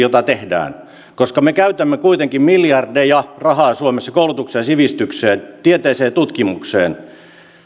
joita tehdään koska me käytämme kuitenkin miljardeja rahaa suomessa koulutukseen ja sivistykseen tieteeseen ja tutkimukseen